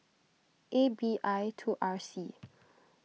A B I two R C